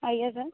ଆଜ୍ଞା ସାର୍